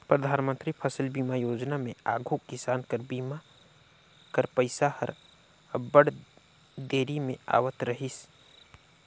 परधानमंतरी फसिल बीमा योजना में आघु किसान कर बीमा कर पइसा हर अब्बड़ देरी में आवत रहिस